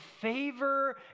favor